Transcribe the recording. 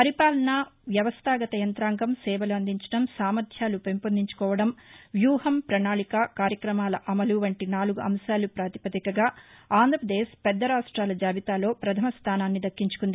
పరిపాలన వ్యవస్థాగత యంత్రాంగం సేవలు అందించడం సామర్యాలు పెంపొందించుకోవడం ప్యూహం పణాళిక కార్యక్రమాల అమలు వంటి నాలుగు అంశాలు పాతిపదికగా ఆంధ్రప్రదేశ్ పెద్ద రాష్ట్రెల జాబితాలో ప్రథమ స్టానాన్ని దక్కించుకుంది